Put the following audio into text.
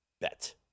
bet